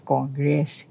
Congress